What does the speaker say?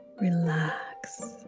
relax